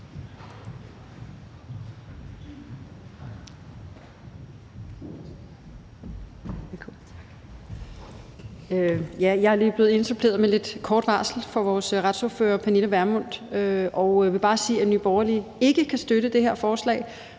lige blevet suppleant med lidt kort varsel for vores retsordfører, fru Pernille Vermund, og vil bare sige, at Nye Borgerlige ikke kan støtte det her forslag,